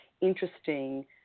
interesting